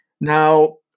Now